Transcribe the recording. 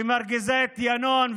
שמרגיזה את ינון,